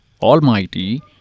Almighty